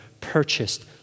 purchased